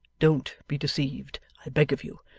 don't be deceived, i beg of you,